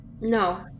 No